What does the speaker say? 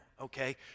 okay